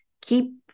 Keep